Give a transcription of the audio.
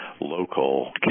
local